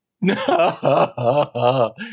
No